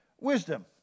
wisdom